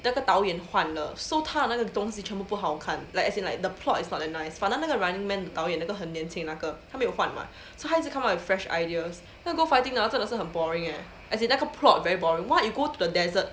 那个导演换了 so 他的那种东西全部不好看 like as in like the plot is not that nice but 那个 running man 导演那个很年轻那个他没有换 [what] so 他一直 come out with fresh ideas 那个 go fighting 的 hor 真的是很 boring leh as in 那个 plot very boring [what] you go to the desert